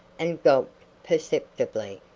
and gulped perceptibly.